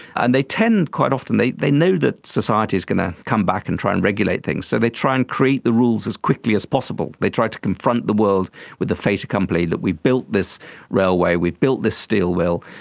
and they tend quite often, they they know that society is going to come back and try and regulate things, so they try and create the rules as quickly as possible, they try to confront the world with a fait accompli, that we built this railway, we built this steel mill,